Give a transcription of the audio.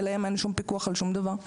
עליהם אין שום פיקוח על שום דבר.